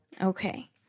Okay